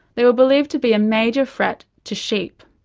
they were believed to be a major threat to sheep.